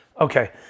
okay